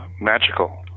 magical